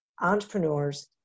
entrepreneurs